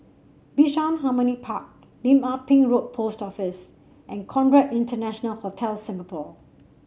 Bishan Harmony Park Lim Ah Pin Road Post Office and Conrad International Hotel Singapore